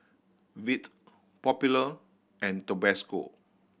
Veet Popular and Tabasco